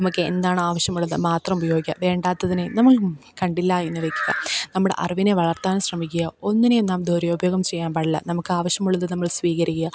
നമുക്ക് എന്താണോ ആവശ്യമുള്ളതു മാത്രം ഉപയോഗിക്കുക വേണ്ടാത്തതിനെ നമ്മൾ കണ്ടില്ല എന്നു വെക്കുക നമ്മുടെ അറിവിനെ വളർത്താൻ ശ്രമിക്കുക ഒന്നിനെയും നാം ദുരുപയോഗം ചെയ്യാൻ പാടില്ല നമുക്ക് ആവശ്യമുള്ളത് നമ്മൾ സ്വീകരിക്കുക